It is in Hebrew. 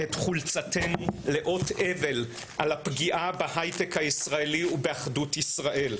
את חולצתנו לאות אבל על הפגיעה בהייטק הישראלי ובאחדות ישראל.